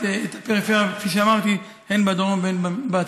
את הפריפריה כפי שאמרתי הן בדרום והן בצפון.